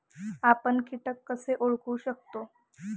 आपण कीटक कसे ओळखू शकतो?